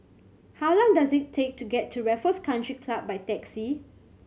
how long does it take to get to Raffles Country Club by taxi